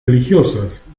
religiosas